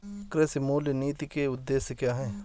कृषि मूल्य नीति के उद्देश्य क्या है?